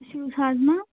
تُہۍ چھُ ہضما